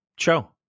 show